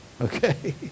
Okay